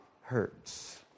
hurts